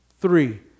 three